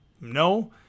No